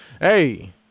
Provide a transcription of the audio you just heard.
Hey